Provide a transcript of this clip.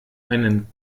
einen